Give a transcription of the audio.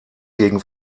gegen